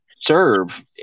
serve